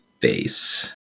face